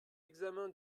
l’examen